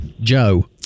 Joe